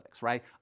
right